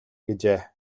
гэжээ